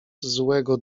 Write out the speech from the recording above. złego